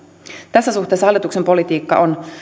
tässä suhteessa hallituksen politiikka on